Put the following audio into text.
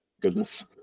Goodness